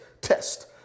test